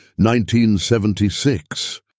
1976